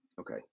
Okay